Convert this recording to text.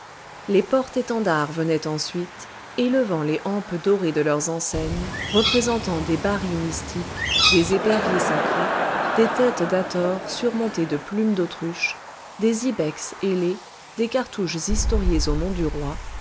les porte étendards venaient ensuite élevant les hampes dorées de leurs enseignes représentant des bans mystiques des éperviers sacrés des têtes d'hâthor surmontées de plumes d'autruche des ibex ailés des cartouches historiés au nom du roi